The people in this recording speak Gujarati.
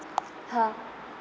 હા